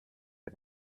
wir